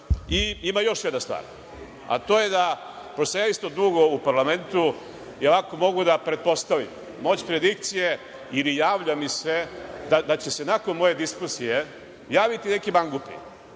temu. Ima još jedna stvar, a to je da pošto sam zaista dugo u parlamentu, i ako mogu da pretpostavim, moć predikcije ili javlja mi se da će se nakon moje diskusije javiti neki mangupi